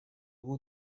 vous